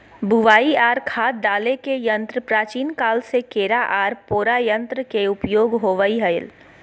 बुवाई आर खाद डाले के यंत्र प्राचीन काल से केरा आर पोरा यंत्र के उपयोग होवई हल